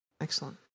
Excellent